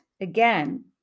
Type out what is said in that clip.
again